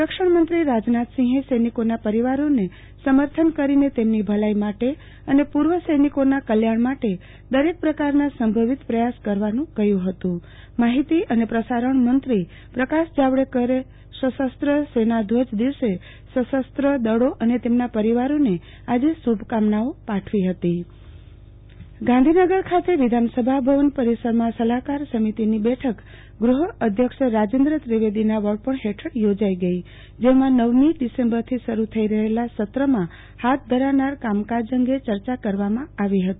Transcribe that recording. સંરક્ષણમંત્રી રાજનાથસિંહે સૈનિકોના પરીવારોને સમર્થન કરીને અને તેમની ભલાઈ માટે અને પુર્વ સૈનિકોના કલ્યાણ માટે દરેક પ્રકારના સંભવિત પ્રથાસ કરવાનું કહ્યુ હતું માહિતી અને પ્રસારણ મંત્રી પ્રકાશ જાવડેકરે સશસ્ત્ર સેના ધ્વજ દિવસે સશસ્ત્ર દળો અને તેમના પરીવારોને આજે શુ ભકામનાઓ પાઠવી હતી આરતીબેન ભદ્દ વિધાનસભા બેઠક ગાંધીનગર ખાતે વિધાનસભા ભવન પરિસર માં સલાહકાર સમિતિ ની બેઠક ગૃહ ના અધ્યક્ષ રાજેન્દ્ર ત્રિવેદી ના વડપણ હેઠળ યોજાઇ ગઈ જેમ નવમી ડિસેમ્બર થી શરૂ થઈ રહેલા સત્ર માં હાથ ધરાનાર કામકાજ અંગે ચર્ચા કરવામાં આવી હતી